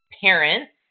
parents